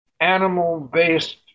animal-based